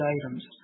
items